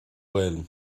ghaeilge